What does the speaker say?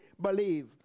believe